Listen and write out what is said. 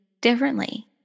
differently